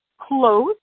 close